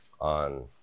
on